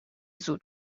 زود